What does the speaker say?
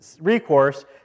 recourse